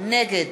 נגד